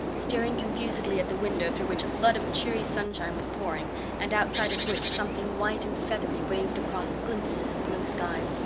staring confusedly at the window through which a flood of cheery sunshine was pouring and outside of which something white and feathery waved across glimpses of blue sky.